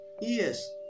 Yes